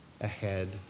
ahead